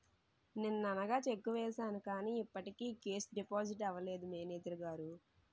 నిన్ననగా చెక్కు వేసాను కానీ ఇప్పటికి కేషు డిపాజిట్ అవలేదు మేనేజరు గారు